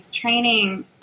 training